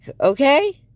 okay